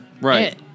Right